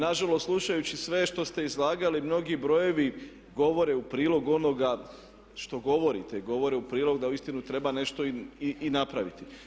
Nažalost, slušajući sve što ste izlagali mnogi brojevi govore u prilog onoga što govorite, govore u prilog da uistinu treba nešto i napraviti.